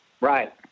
Right